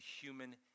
human